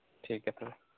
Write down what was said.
ᱴᱷᱤᱠ ᱜᱮᱭᱟ ᱛᱚᱵᱮ